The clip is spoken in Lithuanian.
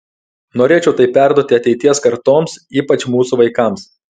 norėčiau tai perduoti ateities kartoms ypač mūsų vaikams